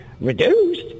Reduced